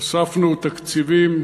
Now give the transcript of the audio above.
הוספנו תקציבים,